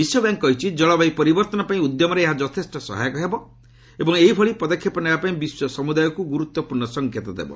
ବିଶ୍ୱ ବ୍ୟାଙ୍କ୍ କହିଛି ଜଳବାୟୁ ପରିବର୍ଭନ ପାଇଁ ଉଦ୍ୟମରେ ଏହା ଯଥେଷ୍ଟ ସହାୟକ ହେବ ଏବଂ ଏହିଭଳି ପଦକ୍ଷେପ ନେବା ପାଇଁ ବିଶ୍ୱ ସମୁଦାୟକୁ ଗୁରୁତ୍ୱପୂର୍ଣ୍ଣ ସଂକେତ ଦେବ